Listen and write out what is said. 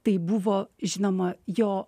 tai buvo žinoma jo